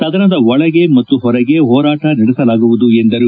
ಸದನದ ಒಳೆಗೆ ಮತ್ತು ಹೊರಗೆ ಹೋರಾಟ ನಡೆಸಲಾಗುವುದು ಎಂದರು